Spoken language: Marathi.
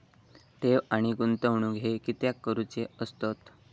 ठेव आणि गुंतवणूक हे कित्याक करुचे असतत?